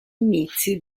inizi